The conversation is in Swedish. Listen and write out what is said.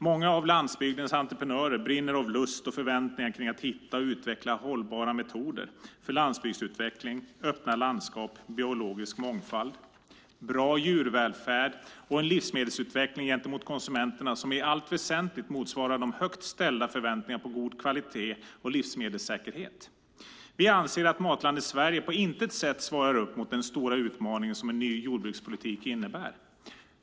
Många av landsbygdens entreprenörer brinner av lust och förväntningar kring att hitta och utveckla hållbara metoder för landsbygdsutveckling, öppna landskap, biologisk mångfald, bra djurvälfärd och en livsmedelsutveckling gentemot konsumenterna som i allt väsentligt motsvarar de högt ställda förväntningarna på en god kvalitet och livsmedelssäkerhet. Vi anser att Matlandet Sverige på intet sätt svarar upp mot den stora utmaning som en ny jordbrukspolitik innebär.